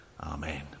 Amen